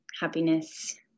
happiness